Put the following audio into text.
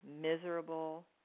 miserable